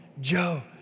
Joe